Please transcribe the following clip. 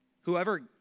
whoever